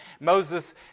Moses